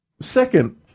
Second